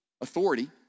authority